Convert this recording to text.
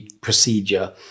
procedure